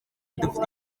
dufite